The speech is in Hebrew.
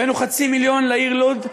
הבאנו חצי מיליון לעיר לוד,